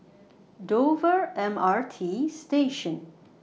Dover M R T Station